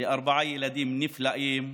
לארבעה ילדים נפלאים,